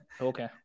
Okay